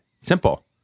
Simple